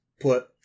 put